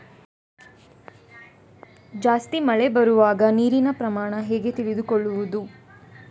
ಜಾಸ್ತಿ ಮಳೆ ಬರುವಾಗ ನೀರಿನ ಪ್ರಮಾಣ ಹೇಗೆ ತಿಳಿದುಕೊಳ್ಳುವುದು?